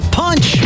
punch